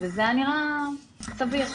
וזה היה נראה סביר.